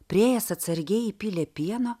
priėjęs atsargiai įpylė pieno